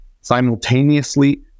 Simultaneously